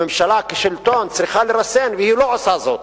הממשלה כשלטון צריכה לרסן והיא לא עושה זאת.